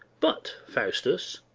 but, faustus,